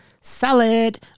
Salad